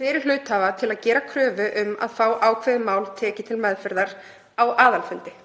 fyrir hluthafa til að gera kröfu um að fá ákveðin mál tekin til meðferðar á aðalfundi.